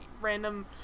random